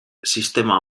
sistema